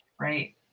Right